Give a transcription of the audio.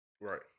Right